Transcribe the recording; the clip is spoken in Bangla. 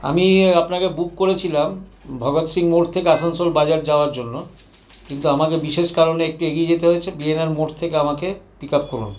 আমি আপনাকে বুক করেছিলাম ভগত সিং মোড় থেকে আসানসোল বাজার যাওয়ার জন্য কিন্তু আমাকে বিশেষ কারণে একটু এগিয়ে যেতে হয়েছে বিএআর মোড় থেকে আমাকে পিক আপ করুন